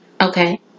Okay